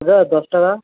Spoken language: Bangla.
ওটা দশ টাকা